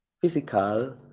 physical